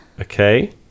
Okay